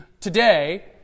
today